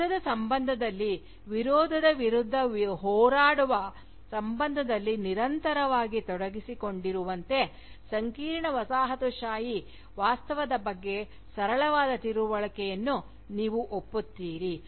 ಯುದ್ಧದ ಸಂಬಂಧದಲ್ಲಿ ವಿರೋಧದ ವಿರುದ್ಧ ಹೋರಾಡುವ ಸಂಬಂಧದಲ್ಲಿ ನಿರಂತರವಾಗಿ ತೊಡಗಿಸಿಕೊಂಡಿರುವಂತೆ ಸಂಕೀರ್ಣ ವಸಾಹತುಶಾಹಿ ವಾಸ್ತವದ ಬಗ್ಗೆ ಸರಳವಾದ ತಿಳುವಳಿಕೆಯನ್ನು ನೀವು ಒಪ್ಪುತ್ತೀರಿ